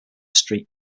street